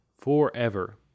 forever